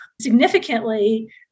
significantly